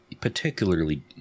particularly